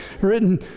written